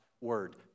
Word